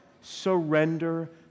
surrender